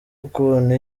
ukuntu